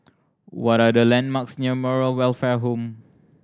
what are the landmarks near Moral Welfare Home